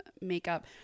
makeup